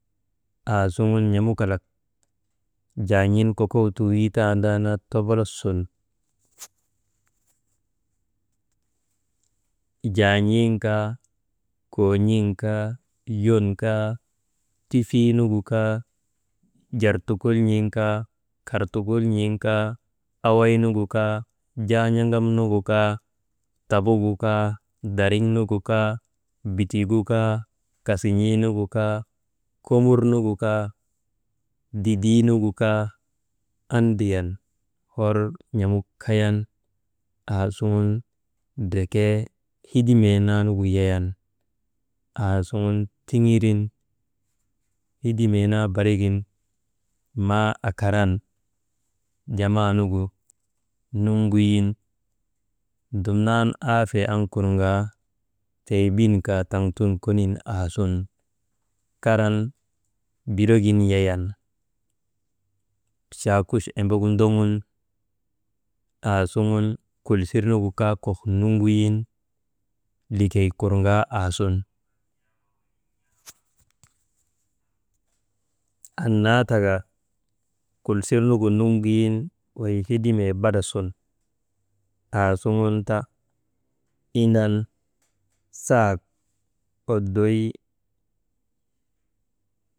Aasugun n̰amukalak jaan̰iin kokowtuu wiitandaanaa tobolos sun, jaan̰in kaa, koon̰in kaa, yon kaa, tifiinugu kaa, jartuŋulin kaa, kartuŋulin kaa, awan nugu kaa, jaa n̰aŋam nugu kaa, tabugu kaa, dariŋ nugu kaa, kasin̰ii nugu kaa, komur nugu kaa, didii nugu kaa, andriyan hor n̰amuk kayan, aasuŋun ndrekee hedimee naanugu yayan, aasuŋun tiŋirin hedimee naa barigin maa akaran, jamaanugu nuŋguyin dumnan aafee an kurŋaa, teybin kaa taŋtun konin aasun karan buro gin yayan, chaakuch embegu ndoŋun aasuŋun kulsir nugu kaa kok nuŋuyin, likey kurŋaa aasun, annaa taka kulsirnugu nuŋuyin wey hedimee bada sun ta indan sak oddoy.